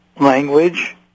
language